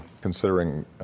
considering